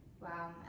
Wow